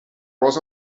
was